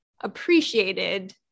appreciated